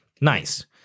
Nice